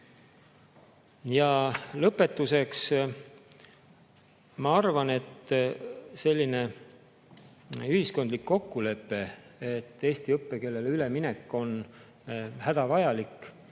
Lõpetuseks. Ma arvan, et selline ühiskondlik kokkulepe, et eesti õppekeelele üleminek on hädavajalik,